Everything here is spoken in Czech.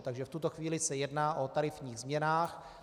Takže v tuto chvíli se jedná o tarifních změnách.